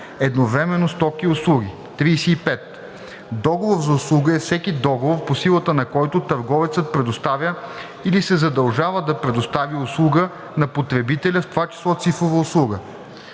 едновременно стоки и услуги. 35. „Договор за услуга“ е всеки договор, по силата на който търговецът предоставя или се задължава да предостави услуга на потребителя, в т.ч. цифрова услуга.“;